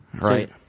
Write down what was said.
right